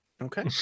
okay